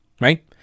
right